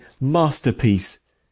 masterpiece